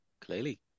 Clearly